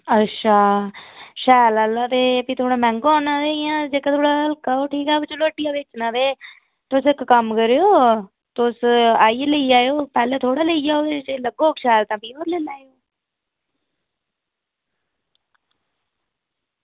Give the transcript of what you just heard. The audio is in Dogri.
अच्छा शैल आह्ला ते मैहंगा होना ते जेह्का इंया हल्का होग ते ओह् चलो हट्टिया बेचना ते तुस इक्क कम्म करेओ तुस आइयै लेई जायो पैह्लें थोह्ड़ा लेई जायो ते अगर लग्गग शैल ते भी होर लेई आयो